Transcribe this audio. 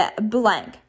blank